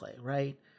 Right